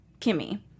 Kimmy